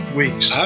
weeks